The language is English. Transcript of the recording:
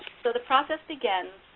so the process begins